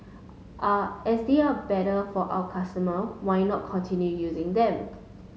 are as they are better for our customer why not continue using them